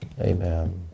Amen